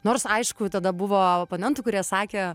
nors aišku tada buvo oponentų kurie sakė